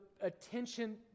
attention